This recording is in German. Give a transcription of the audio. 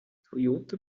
toyota